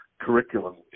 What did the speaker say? curriculum